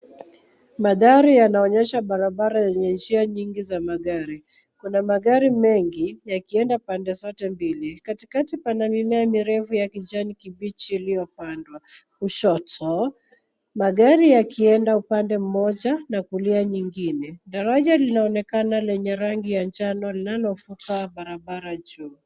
Mandhari yanaonyesha barabara yenye njia nyingi za magari. Kuna magari mengi yakienda pande zote mbili. Katikati kuna mimea mirefu ya kijani kibichi iliyopandwa. Kushoto magari yakienda upande mmoja na kulia nyingine. Daraja linaonekana lenye rangi ya njano linalovuka barabara juu.